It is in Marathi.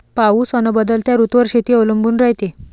पाऊस अन बदलत्या ऋतूवर शेती अवलंबून रायते